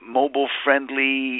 mobile-friendly